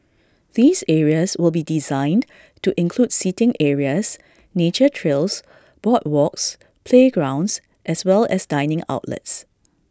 these areas will be designed to include seating areas nature trails boardwalks playgrounds as well as dining outlets